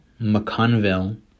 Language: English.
McConville